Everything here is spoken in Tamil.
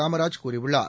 காமராஜ் கூறியுள்ளார்